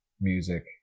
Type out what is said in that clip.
music